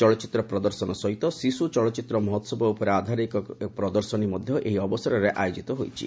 ଚଳଚ୍ଚିତ୍ର ପ୍ରଦର୍ଶନ ସହିତ ଶିଶୁ ଚଳଚ୍ଚିତ୍ର ମହୋହବ ଉପରେ ଆଧାରିତ ଏକ ପ୍ରଦର୍ଶନୀ ମଧ୍ୟ ଏହି ଅବସରରେ ଆୟୋଜିତ ହେଉଛି